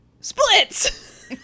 Splits